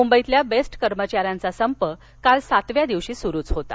मुंबईतल्या बेस्ट कर्मचाऱ्यांचा संप काल सातव्या दिवशी सुरूच होता